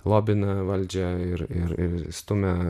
lobina valdžią ir ir ir stumia